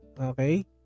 Okay